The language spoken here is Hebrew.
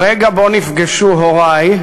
הרגע בו נפגשו הורי,